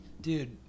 Dude